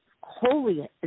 holy